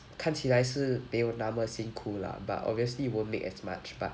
看起来是没有那么辛苦 lah but obviously will make as much but